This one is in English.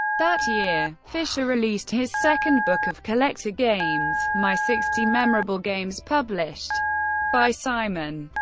that year, fischer released his second book of collected games my sixty memorable games, published by simon